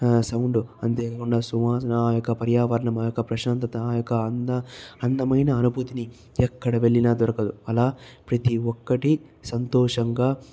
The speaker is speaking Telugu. సౌండ్ అంతే కాకుండా సువాసన ఆ యొక్క పర్యావరణం ఆ యొక్క ప్రశాంతత ఆ యొక్క అంద అందమైన అనుభూతిని ఎక్కడ వెళ్ళిన దొరకదు అలా ప్రతి ఒక్కటి సంతోషంగా